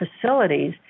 facilities